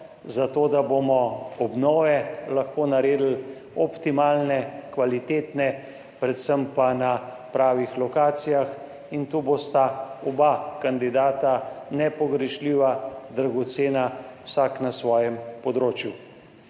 zato, da bomo obnove lahko naredili optimalne, kvalitetne predvsem pa na pravih lokacijah in tu bosta oba kandidata nepogrešljiva, dragocena vsak na svojem področju.